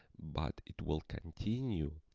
but it will continue,